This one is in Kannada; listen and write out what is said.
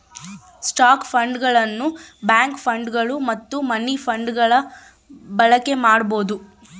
ಸ್ಟಾಕ್ ಫಂಡ್ಗಳನ್ನು ಬಾಂಡ್ ಫಂಡ್ಗಳು ಮತ್ತು ಮನಿ ಫಂಡ್ಗಳ ಬಳಕೆ ಮಾಡಬೊದು